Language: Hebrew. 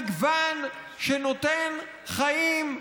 זה המגוון שנותן חיים,